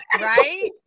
Right